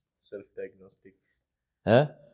Self-diagnostic